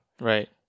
Right